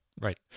Right